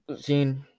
seen